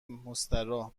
مستراح